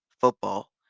football